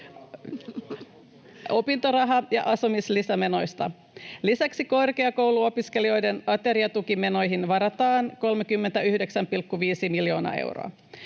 opintoraha‑ ja asumislisämenoista. Lisäksi korkeakouluopiskelijoiden ateriatukimenoihin varataan 39,5 miljoonaa euroa,